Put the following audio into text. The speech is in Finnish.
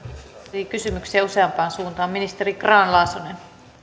tuli kysymyksiä useampaan suuntaan ministeri grahn laasonen